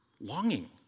longing